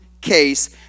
case